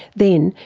then,